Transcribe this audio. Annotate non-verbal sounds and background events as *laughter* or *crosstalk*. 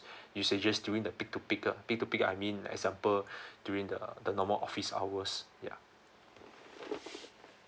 *breath* usages during the peak to peak uh peak to peak I mean like example *breath* during the the normal office hours ya *breath*